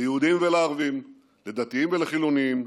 ליהודים ולערבים, לדתיים ולחילונים,